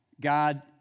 God